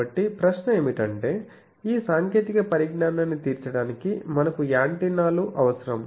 కాబట్టి ప్రశ్న ఏమిటంటే ఈ సాంకేతిక పరిజ్ఞానాన్ని తీర్చడానికి మనకు యాంటెన్నా లు అవసరం